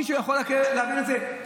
מישהו יכול להבין את זה?